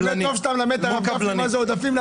באמת טוב שאתה מלמד אותנו מה זה עודפים.